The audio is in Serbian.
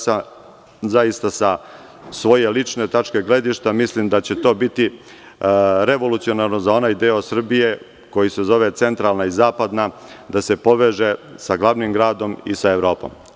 Sa svoje lične tačke gledišta mislim da će to biti revolucionarno za onaj deo Srbije koji se zove centralna i zapadna, da se poveže sa glavnim gradom i sa Evropom.